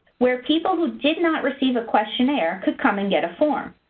where people who did not receive a questionnaire, could come and get a form.